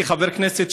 כחבר כנסת,